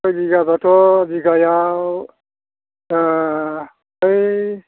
सय बिघा बाथ' बिगायाव बै